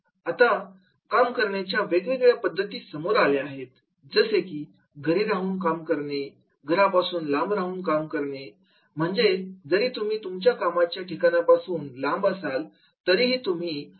आता काम करण्याच्या वेगवेगळ्या पद्धती समोर आल्या आहेत जसं की घरी राहून काम करणं घरापासून लांब राहून काम करणे म्हणजे जरी तुम्ही तुमच्या कामकाजाच्या ठिकाणापासून लांब असाल तरीही तुम्ही कामच करत असता